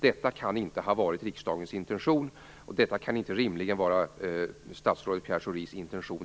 Detta kan inte ha varit riksdagens intention och rimligen inte heller statsrådet Pierre Schoris intention.